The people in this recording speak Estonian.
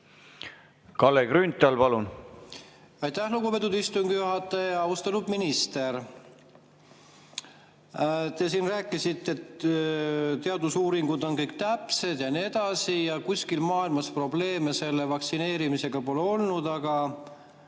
Kalle Grünthal, palun! Aitäh, lugupeetud istungi juhataja! Austatud minister! Te siin rääkisite, et teadusuuringud on kõik täpsed ja nii edasi ja kuskil maailmas probleeme selle vaktsineerimisega pole olnud. Aga